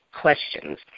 questions